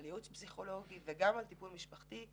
בדגש על ייעוץ פסיכולוגי וטיפול משפחתי.